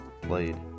played